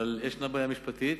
אבל יש בעיה משפטית,